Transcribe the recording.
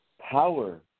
power